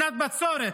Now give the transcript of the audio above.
שנת בצורת.